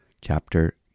chapter